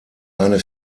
eine